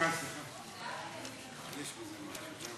אדוני היושב-ראש,